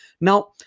Now